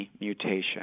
mutation